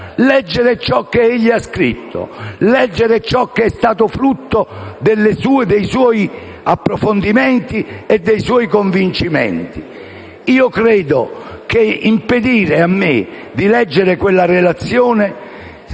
leggere ciò che ha scritto, leggere il frutto dei suoi approfondimenti e dei suoi convincimenti. Io credo che impedire a me di leggere quella relazione